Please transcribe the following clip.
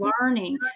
learning